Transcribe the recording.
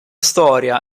storia